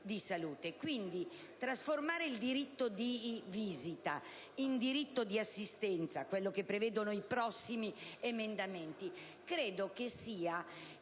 Quindi, trasformare il diritto di visita in diritto di assistenza (quello che prevedono i prossimi emendamenti) credo che sia in